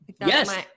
Yes